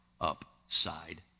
upside